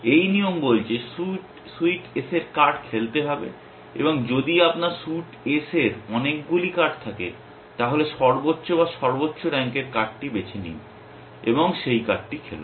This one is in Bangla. এই নিয়ম বলছে সুইট S এর কার্ড খেলতে হবে এবং যদি আপনার স্যুট এস এর অনেকগুলি কার্ড থাকে তাহলে সর্বোচ্চ বা সর্বোচ্চ র্যাঙ্কএর কার্ডটি বেছে নিন এবং সেই কার্ডটি খেলুন